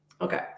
Okay